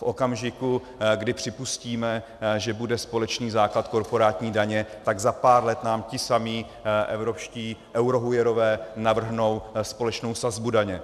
V okamžiku, kdy připustíme, že bude společný základ korporátní daně, tak za pár let nám titíž evropští eurohujerové navrhnou společnou sazbu daně.